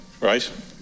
right